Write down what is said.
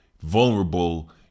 vulnerable